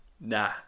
nah